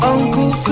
Uncle